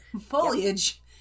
foliage